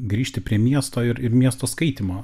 grįžti prie miesto ir miesto skaitymo